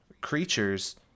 creatures